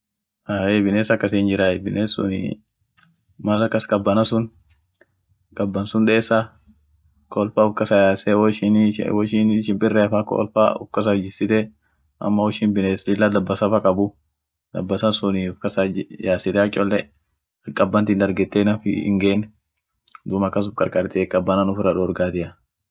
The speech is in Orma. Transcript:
Ahey biness akasin sun hinjiray biness sunii maal akas kabana sun kaban sun deesa, kool fa uff kasa yaase woishinii woishinii simpirea fa kool fa uf kasa jissite ama woishin biness lilla dabbasa fa kaabu, dabbasa sunii uff kasa ji-yasite ak cholle ak kabanti dargete naff hingein duum akas uf karkaartiey kabanan uffirra dorgatiey.